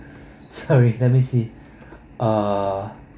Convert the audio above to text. sorry let me see uh